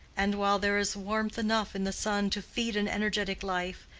and while there is warmth enough in the sun to feed an energetic life,